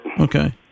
Okay